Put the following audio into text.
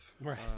Right